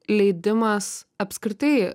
leidimas apskritai